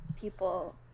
people